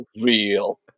Real